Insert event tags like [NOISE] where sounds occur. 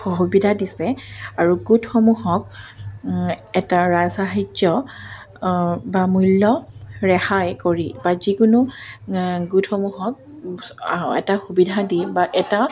সুবিধা দিছে আৰু গোটসমূহক এটা ৰাজসাহায্য বা মূল্য ৰেহাই কৰি বা যিকোনো গোটসমূহক [UNINTELLIGIBLE] এটা সুবিধা দি বা এটা